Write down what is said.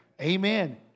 Amen